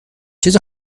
چیز